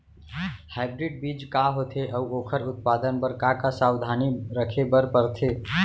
Hybrid बीज का होथे अऊ ओखर उत्पादन बर का का सावधानी रखे बर परथे?